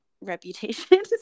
reputation